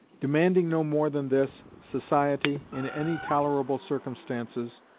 demanding no more than this, society, in any tolerable circumstances,